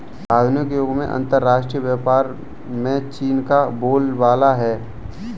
आधुनिक युग में अंतरराष्ट्रीय व्यापार में चीन का बोलबाला है